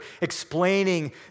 explaining